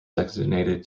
designated